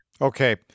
Okay